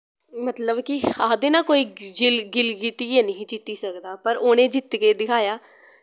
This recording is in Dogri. मतलव कि आखदे ना कोई जिल गिलगित गी हैनी ही जीती सकदा पर उनें जीतके दिखाया